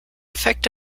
effect